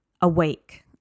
Awake